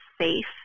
safe